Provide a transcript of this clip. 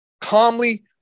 calmly